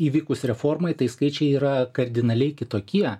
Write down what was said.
įvykus reformai tai skaičiai yra kardinaliai kitokie